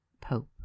Pope